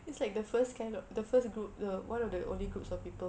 it's like the first kind of the first group the one of the only groups of people